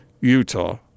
Utah